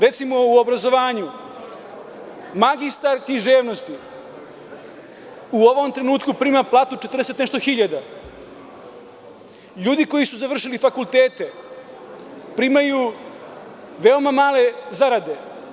Recimo, u obrazovanju, magistar književnosti u ovom trenutku prima platu 40 i nešto hiljada, ljudi koji su završili fakultete primaju veoma male zarade.